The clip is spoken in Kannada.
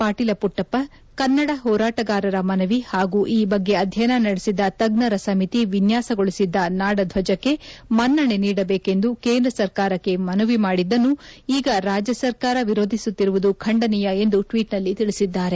ಪಾಟೀಲ್ ಪುಟ್ಟಪ್ಪ ಕನ್ನಡ ಹೋರಾಟಗಾರರ ಮನವಿ ಹಾಗೂ ಈ ಬಗ್ಗೆ ಅಧ್ಯಯನ ನಡೆಸಿದ್ದ ತಜ್ಞರ ಸಮಿತಿ ವಿನ್ಯಾಸಗೊಳಿಸಿದ್ದ ನಾಡಧ್ಯಜಕ್ಕೆ ಮನ್ನಷೆ ನೀಡಬೇಕೆಂದು ಕೇಂದ್ರ ಸರ್ಕಾರಕ್ಕೆ ಮನವಿ ಮಾಡಿದ್ದನ್ನು ಈಗ ರಾಜ್ಯ ಸರ್ಕಾರ ವಿರೋಧಿಸುತ್ತಿರುವುದು ಖಂಡನೀಯ ಎಂದು ಟ್ವೀಟ್ನಲ್ಲಿ ತಿಳಿಸಿದ್ದಾರೆ